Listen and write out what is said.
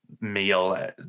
meal